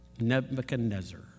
Nebuchadnezzar